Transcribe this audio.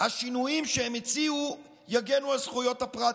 השינויים שהם הציעו יגנו על זכויות הפרט,